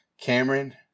Cameron